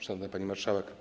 Szanowna Pani Marszałek!